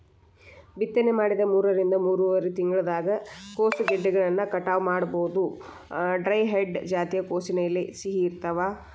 ಬಿತ್ತನೆ ಮಾಡಿದ ಮೂರರಿಂದ ಮೂರುವರರಿ ತಿಂಗಳದಾಗ ಕೋಸುಗೆಡ್ಡೆಗಳನ್ನ ಕಟಾವ ಮಾಡಬೋದು, ಡ್ರಂಹೆಡ್ ಜಾತಿಯ ಕೋಸಿನ ಎಲೆ ಸಿಹಿ ಇರ್ತಾವ